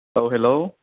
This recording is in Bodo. औ हेलौ